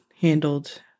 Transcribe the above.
handled